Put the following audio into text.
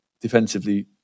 defensively